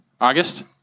August